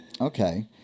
Okay